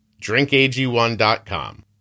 drinkag1.com